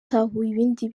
ibindi